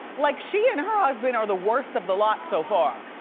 like she and her husband are the worst of the lot so far.